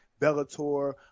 Bellator